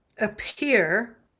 appear